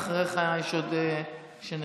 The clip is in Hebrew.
ואחריך יש עוד שנרשמו,